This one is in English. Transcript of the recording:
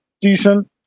decent